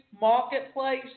marketplace